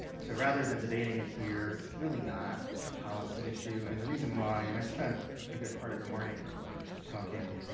so, rather than debating it here, it's really not a policy issue. and, the reason why and i spent a good part of the morning talking